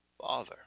father